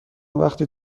وقتی